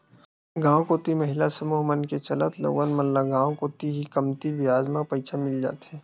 गांव कोती महिला समूह मन के चलत लोगन मन ल गांव कोती ही कमती बियाज म पइसा मिल जाथे